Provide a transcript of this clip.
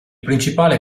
principale